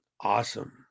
Awesome